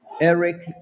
Eric